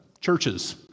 churches